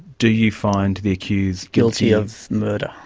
do you find the accused guilty of murder?